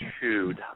chewed